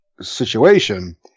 situation